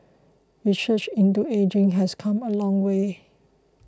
research into ageing has come a long way